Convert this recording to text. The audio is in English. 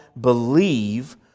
believe